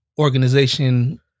organization